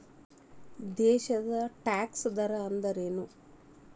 ದೇಶದ್ ಟ್ಯಾಕ್ಸ್ ದರ ಅಂದ್ರೇನು?